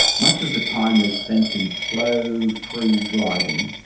much of the time is spent in slow, free gliding,